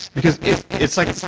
because it's like,